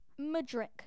Madrick